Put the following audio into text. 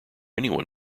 anyone